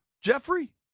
Jeffrey